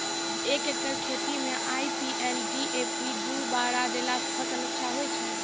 एक एकरऽ खेती मे आई.पी.एल डी.ए.पी दु बोरा देला से फ़सल अच्छा होय छै?